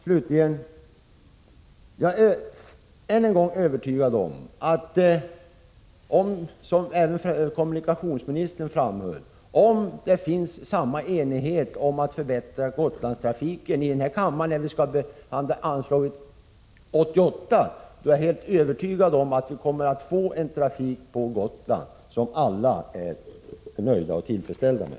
Slutligen vill jag upprepa att — och det framhöll även kommunikationsministern — om det finns samma enighet här i kammaren om att förbättra Gotlandstrafiken när vi behandlar anslagsfrågan nästa gång 1988, kommer vi helt säkert att få en trafik på Gotland som alla kan vara nöjda och tillfredsställda med.